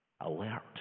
alert